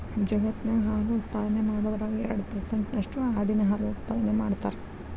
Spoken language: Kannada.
ಜಗತ್ತಿನ್ಯಾಗ ಹಾಲು ಉತ್ಪಾದನೆ ಮಾಡೋದ್ರಾಗ ಎರಡ್ ಪರ್ಸೆಂಟ್ ನಷ್ಟು ಆಡಿನ ಹಾಲು ಉತ್ಪಾದನೆ ಮಾಡ್ತಾರ